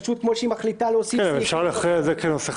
כמו שהיא מחליטה להוסיף סעיפים בחוק.